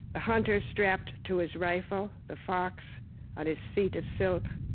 the hunter, strapped to his rifle, the fox on his feet of silk,